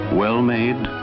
well-made